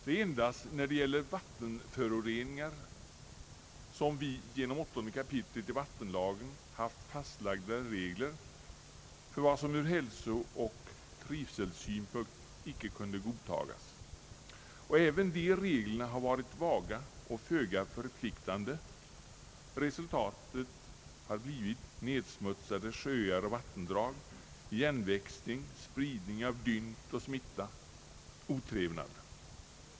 Det är endast när det gällt vattenföroreningar som vi genom åttonde kapitlet i vattenlagen haft fastlagda regler för vad som ur hälsooch trivselsynpunkt icke kunde godtagas, och även de reglerna har varit vaga och föga förpliktande. Resultatet har blivit nedsmutsade sjöar och vattendrag, ingenväxning, spridning av dynt och smitta — otrevnad.